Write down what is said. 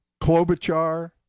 Klobuchar